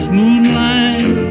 moonlight